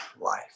life